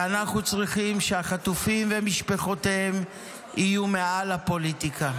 ואנחנו צריכים שהחטופים ומשפחותיהם יהיו מעל הפוליטיקה,